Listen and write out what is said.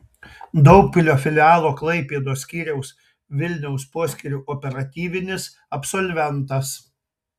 daugpilio filialo klaipėdos skyriaus vilniaus poskyrio operatyvinis absolventas